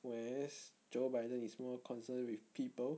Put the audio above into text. whereas joe biden is more concerned with people